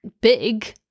big